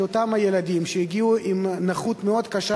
אותם ילדים שהגיעו לישראל עם נכות מאוד קשה,